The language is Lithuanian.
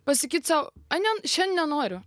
pasakyti sau ane šiandien nenoriu